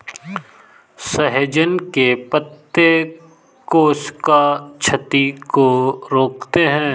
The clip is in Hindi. सहजन के पत्ते कोशिका क्षति को रोकते हैं